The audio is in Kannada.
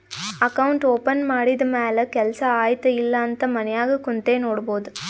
ಅಕೌಂಟ್ ಓಪನ್ ಮಾಡಿದ ಮ್ಯಾಲ ಕೆಲ್ಸಾ ಆಯ್ತ ಇಲ್ಲ ಅಂತ ಮನ್ಯಾಗ್ ಕುಂತೆ ನೋಡ್ಬೋದ್